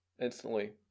instantly